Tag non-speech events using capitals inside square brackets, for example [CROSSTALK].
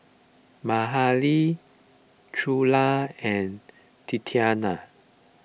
Mahalie [NOISE] Trula and Tatiana